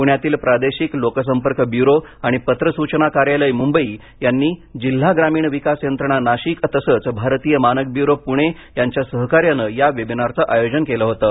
प्रण्यातील प्रादेशिक लोकसंपर्क ब्यूरो आणि पत्र सूचना कार्यालय मुंबई यांनी जिल्हा ग्रामीण विकास यंत्रणा नाशिक तसंच भारतीय मानक ब्यूरो प्णे यांच्या सहकार्यानं या वेबिनारचं आयोजन केलं होतं